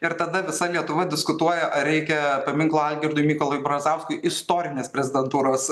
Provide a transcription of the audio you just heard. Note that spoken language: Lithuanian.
ir tada visa lietuva diskutuoja ar reikia paminklo algirdui mykolui brazauskui istorinės prezidentūros